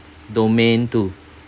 domain two